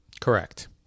Correct